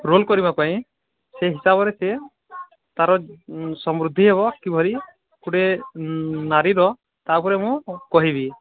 roll କରିବା ପାଇଁ ସେ ହିସାବରେ ସେ ତା'ର ସମୃଦ୍ଧି ହେବ କିଭଳି ଗୋଟେ ନାରୀର ତା'ପରେ ମୁଁ କହିବି